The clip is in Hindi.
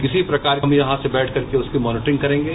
इसी प्रकार हम यहां से बैठ करके उसकी मानिटरिंग करेंगे